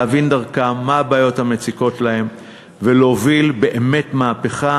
להבין דרכם מה הבעיות המציקות להם ולהוביל באמת מהפכה